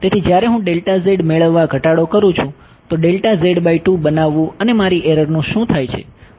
તેથી જ્યારે હું મેળવવા ઘટાડો કરું છું તો બનાવવું અને મારી એરરનું શું થાય છે